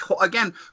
Again